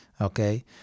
okay